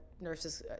nurses